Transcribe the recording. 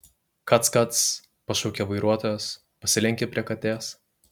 kac kac pašaukė vairuotojas pasilenkė prie katės